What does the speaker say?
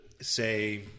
say